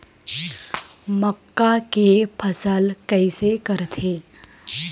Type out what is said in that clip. मक्का के फसल कइसे करथे?